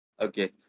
Okay